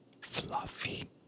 fluffy